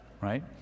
right